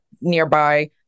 nearby